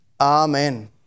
Amen